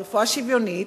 היא רפואה שוויונית,